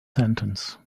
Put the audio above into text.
sentence